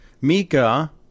Mika